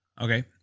Okay